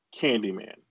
Candyman